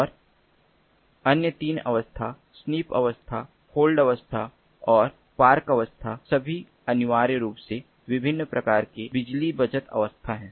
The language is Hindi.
और अन्य 3 अवस्था स्निफ अवस्था होल्ड अवस्था और पार्क अवस्था सभी अनिवार्य रूप से विभिन्न प्रकार के बिजली बचत अवस्था हैं